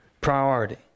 priority